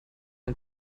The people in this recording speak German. ein